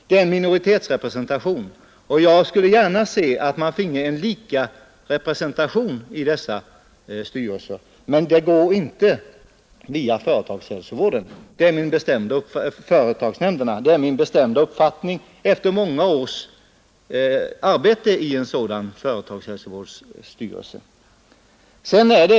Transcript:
Det är en minoritetsrepresentation, och jag skulle gärna se att man fick en likarepresentation i dessa styrelser, men det går inte via företagsnämnderna. Det är min bestämda uppfattning efter många års arbete i en sådan företagshälsovårdsstyrelse.